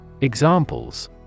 Examples